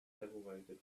separated